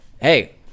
Hey